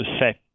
set